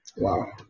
Wow